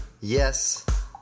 yes